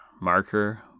marker